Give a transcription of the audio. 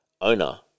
owner